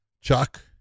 Chuck